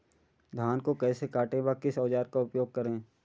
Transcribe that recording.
धान को कैसे काटे व किस औजार का उपयोग करें?